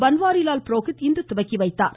பன்வாரிலால் புரோஹித் இன்று துவக்கி வைத்தார்